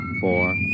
four